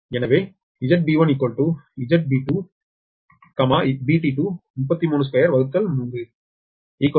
எனவே ZBT1 ZB2BT2332110 9